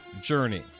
journey